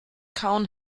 kauen